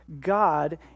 God